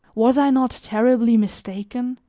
was i not terribly mistaken?